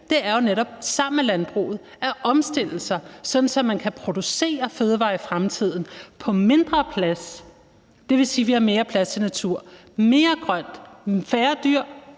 vil, er netop sammen med landbruget at omstille det, sådan at man kan producere fødevarer i fremtiden på mindre plads, og det vil sige, at vi har mere plads til natur, mere grønt, færre dyr,